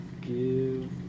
give